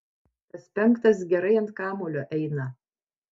tas penktas gerai ant kamuolio eina